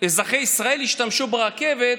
אזרחי ישראל השתמשו ברכבת,